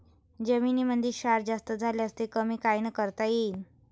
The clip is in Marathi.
जमीनीमंदी क्षार जास्त झाल्यास ते कमी कायनं करता येईन?